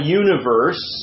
universe